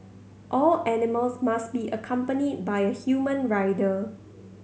all animals must be accompanied by a human rider